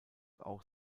auch